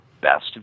best